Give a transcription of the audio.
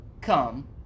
come